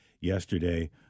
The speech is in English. yesterday